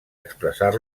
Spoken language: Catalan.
expressar